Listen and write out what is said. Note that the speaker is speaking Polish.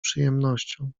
przyjemnością